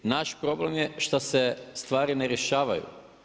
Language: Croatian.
Naš problem je šta se stvari rješavaju.